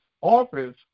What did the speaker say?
office